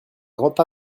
grand